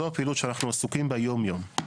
זו הפעילות שאנחנו עסוקים בה יום-יום.